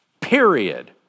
period